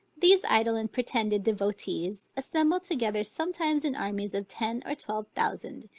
these idle and pretended devotees, assemble together sometimes in armies of ten or twelve thousand,